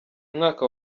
mwaka